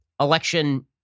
election